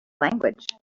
language